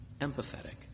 empathetic